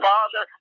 Father